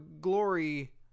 Glory